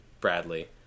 Bradley